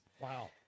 Wow